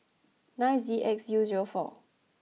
nine Z X U zero four